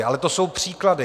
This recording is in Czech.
Ale to jsou příklady.